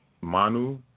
Manu